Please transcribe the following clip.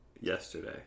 yesterday